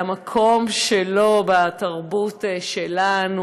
על המקום שלו בתרבות שלנו,